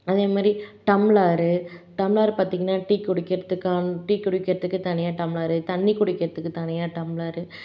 அதே மாதிரி tumbler tumbler பார்த்தீங்கன்னா டீ குடிக்கிறதுக்கான டீ குடிக்கிறதுக்கு தனியாக டம்ளரு தண்ணி குடிக்கிறதுக்கு தனியாக டம்ளரு